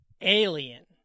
Alien